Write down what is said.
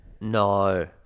No